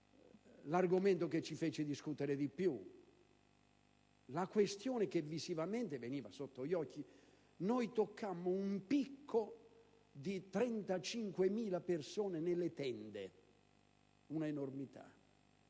l'argomento che ci fece discutere di più, la questione che visivamente veniva sotto gli occhi? Noi toccammo un picco di 35.000 persone nelle tende: un'enormità.